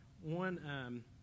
One